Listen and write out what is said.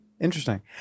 Interesting